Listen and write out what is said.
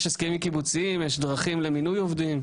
יש הסכמים קיבוציים, יש דרכים למינוי עובדים.